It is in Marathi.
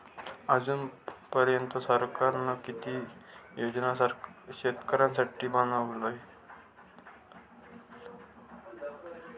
अजून पर्यंत सरकारान किती योजना शेतकऱ्यांसाठी बनवले?